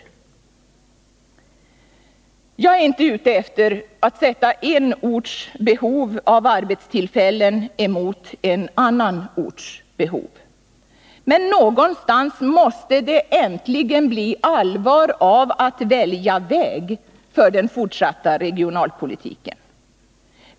Jagär inte ute efter att sätta en orts behov av arbetstillfällen emot en annan orts behov. Men någonstans måste det äntligen bli allvar av att välja väg för den fortsatta regionalpolitiken.